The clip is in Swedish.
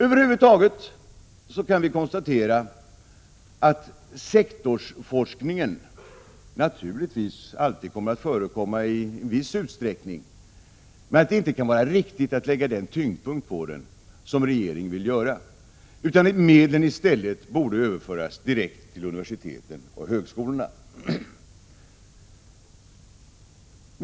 Över huvud taget kan vi konstatera att sektorsforskning naturligtvis alltid kommer att förekomma i viss utsträckning, men det kan inte vara riktigt att lägga den tyngd på den som regeringen vill göra. Medlen borde i stället överföras direkt till universiteten och högskolorna.